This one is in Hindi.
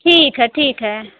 ठीक है ठीक है